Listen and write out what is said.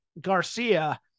Garcia